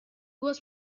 was